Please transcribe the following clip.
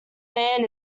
man